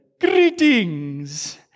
Greetings